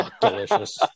delicious